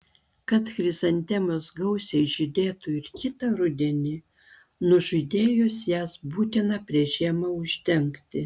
kad chrizantemos gausiai žydėtų ir kitą rudenį nužydėjus jas būtina prieš žiemą uždengti